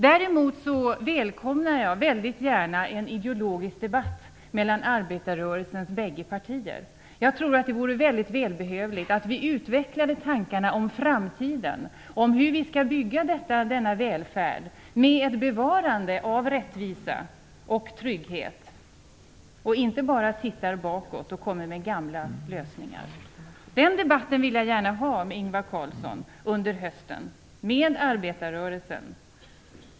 Däremot välkomnar jag väldigt gärna en ideologisk debatt mellan arbetarrörelsens bägge partier. Jag tror att det vore välbehövligt att vi utvecklade tankarna om framtiden, om hur vi skall bygga denna välfärd med ett bevarande av rättvisa och trygghet, så att vi inte bara tittar bakåt och kommer med gamla lösningar. Den debatten vill jag gärna ha med Ingvar Carlsson och med arbetarrörelsen under hösten.